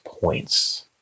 points